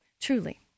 truly